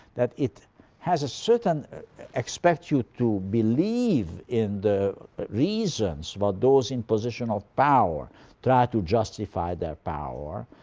that it has a certain expects you to believe in the reasons what those in position of power try to justify their power,